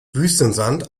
wüstensand